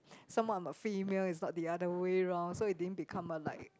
some more I am the female it's not the other way round so it didn't become a like